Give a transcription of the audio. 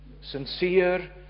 sincere